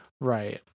right